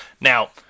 Now